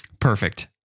Perfect